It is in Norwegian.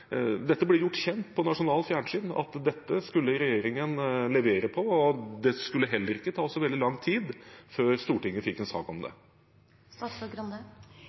skulle regjeringen levere på, og det skulle heller ikke ta så veldig lang tid før Stortinget fikk en sak om